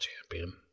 champion